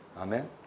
Amen